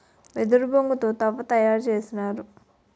వెదురు బొంగు తో తవ్వ తయారు చేసినారు